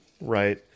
right